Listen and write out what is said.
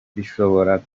bishobora